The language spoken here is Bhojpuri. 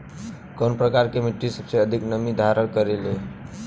कउन प्रकार के मिट्टी सबसे अधिक नमी धारण करे ले?